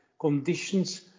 conditions